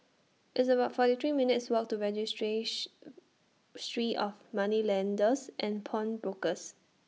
It's about forty three minutes' Walk to Registry three of Moneylenders and Pawnbrokers